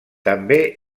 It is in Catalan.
també